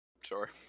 Sure